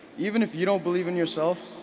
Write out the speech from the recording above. even if you don't believe in yourself,